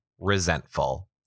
resentful